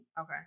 okay